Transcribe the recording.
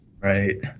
Right